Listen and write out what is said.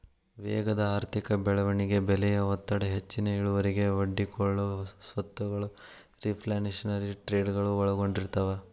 ವೇಗದ ಆರ್ಥಿಕ ಬೆಳವಣಿಗೆ ಬೆಲೆಯ ಒತ್ತಡ ಹೆಚ್ಚಿನ ಇಳುವರಿಗೆ ಒಡ್ಡಿಕೊಳ್ಳೊ ಸ್ವತ್ತಗಳು ರಿಫ್ಲ್ಯಾಶನರಿ ಟ್ರೇಡಗಳು ಒಳಗೊಂಡಿರ್ತವ